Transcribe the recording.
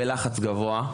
בלחץ גבוה,